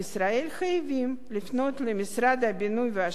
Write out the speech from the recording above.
חייבים לפנות למשרד הבינוי והשיכון.